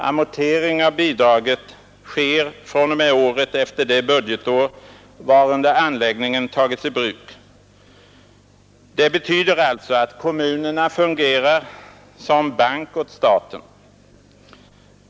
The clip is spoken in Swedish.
Amortering av bidraget sker fr.o.m. året efter det budgetår varunder anläggningen tagits i bruk. Det betyder alltså att kommunerna fungerar som bank åt staten.